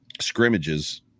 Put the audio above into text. scrimmages